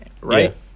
right